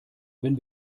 wenn